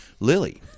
Lily